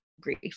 grief